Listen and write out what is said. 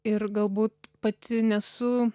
ir galbūt pati nesu